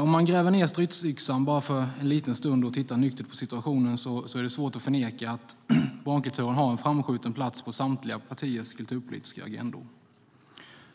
Om man gräver ned stridsyxan bara för en liten stund och tittar nyktert på situationen är det svårt att förneka att barnkulturen har en framskjuten plats på samtliga partiers kulturpolitiska agendor,